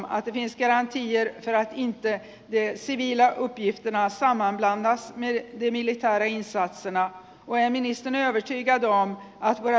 de civila insatserna kräver militär säkerhet men för den internationella närvaron hotas tilltron om civila insatser utförs av militär personal